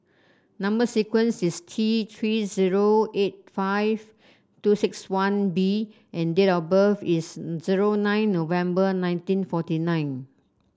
number sequence is T Three zero eight five two six one B and date of birth is zero nine November nineteen forty nine